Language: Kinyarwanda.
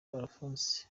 alphonse